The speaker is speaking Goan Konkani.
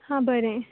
हां बरें